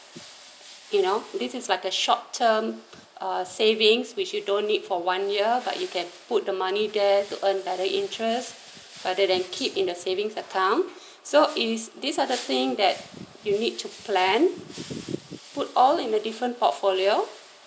you know this is like a short term uh savings which you don't need for one year but you can put the money there to earn direct interest rather than keep in the savings account so is this are the thing that you need to plan put all in a different portfolio